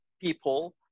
people